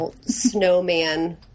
snowman